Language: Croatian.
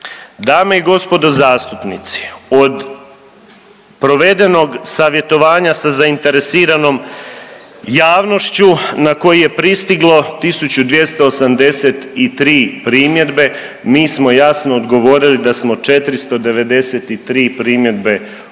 Dame i gospodo zastupnici, od provedenog savjetovanja sa zainteresiranom javnošću na koji je pristiglo 1.283 primjedbe mi smo jasno odgovorili da smo 493 primjedbe uvažili